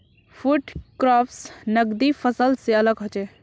food crops नगदी फसल से अलग होचे